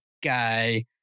guy